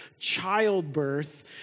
childbirth